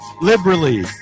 liberally